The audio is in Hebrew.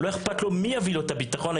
לא אכפת לו מי יביא לו את הביטחון,